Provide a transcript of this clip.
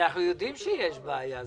אנחנו יודעים שיש בעיה.